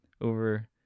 over